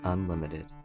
Unlimited